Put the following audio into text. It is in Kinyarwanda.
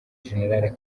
gen